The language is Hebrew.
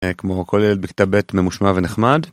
כמו כל ילד בכיתה בית ממושמע ונחמד.